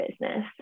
business